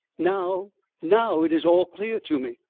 now now it is all clear to me.